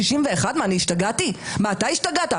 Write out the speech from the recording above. ברגע מרגש של ישראלים שמחבקים אחד את השני עם נרות נשמה לזכר הנרצחים.